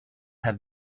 have